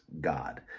God